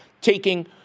taking